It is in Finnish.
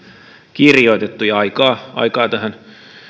kirjoitettu aikaa aikaa tähän